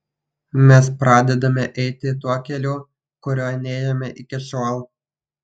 mes pradedame eiti tuo keliu kuriuo nėjome iki šiol